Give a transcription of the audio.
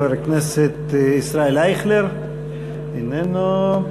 חבר הכנסת ישראל אייכלר, איננו.